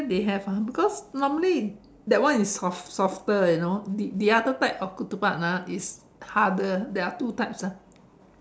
where they have ah because normally that one is soft~ softer you know the the other type of ketupat ah is harder there are two types ah